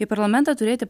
į parlamentą turėti